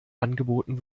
angeboten